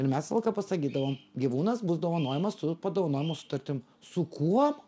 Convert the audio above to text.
ir mes visą laiką pasakydavom gyvūnas bus dovanojamas su padovanojimo sutartim su kuo